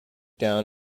down